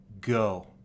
go